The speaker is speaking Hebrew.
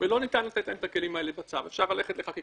אפשר למחות